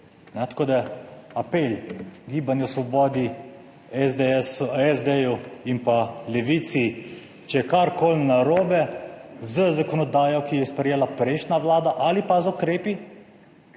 Tako da apel Gibanju svobodi, SD in pa Levici, če je karkoli narobe z zakonodajo, ki jo je sprejela prejšnja Vlada ali pa z ukrepi,